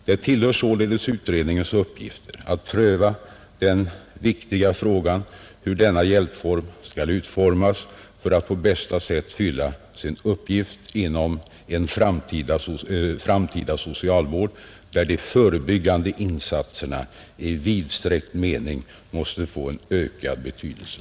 Det tillhör således utredningens uppgifter att pröva den viktiga frågan hur denna hjälpform skall utformas för att på bästa sätt fylla sin uppgift inom en framtida specialvård, där de förebyggande insatserna i vidsträckt mening måste få en ökad betydelse.